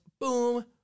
boom